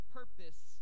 purpose